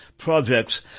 projects